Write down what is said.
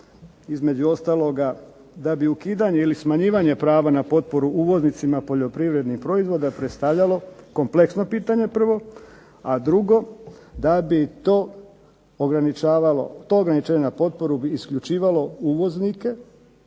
između ostaloga da bi ukidanje ili smanjivanje prava na potporu uvoznicima poljoprivrednih proizvoda predstavljalo kompleksno pitanje prvo. A drugo da bi to ograničavalo, to ograničenje na potporu bi isključivalo uvoznike